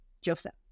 Joseph